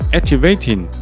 Activating